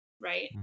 Right